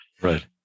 right